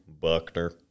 Buckner